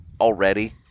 already